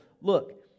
Look